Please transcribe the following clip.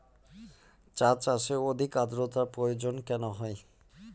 চা চাষে অধিক আদ্রর্তার প্রয়োজন কেন হয়?